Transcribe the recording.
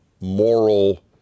moral